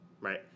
right